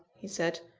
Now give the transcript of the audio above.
he said.